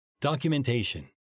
Documentation